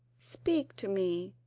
speak to me,